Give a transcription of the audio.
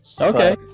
Okay